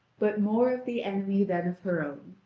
but more of the enemy than of her own.